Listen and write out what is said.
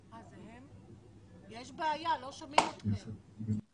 שהם שומעים אותנו.